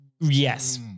Yes